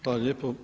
Hvala lijepa.